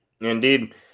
Indeed